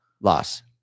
loss